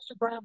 Instagram